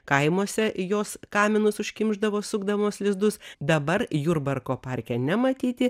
kaimuose jos kaminus užkimšdavo sukdamos lizdus dabar jurbarko parke nematyti